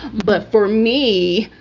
but for me,